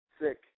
sick